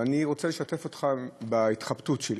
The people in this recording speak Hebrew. ואני רוצה לשתף אותך בהתחבטות שלי: